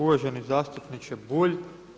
Uvaženi zastupniče Bulj.